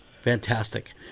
Fantastic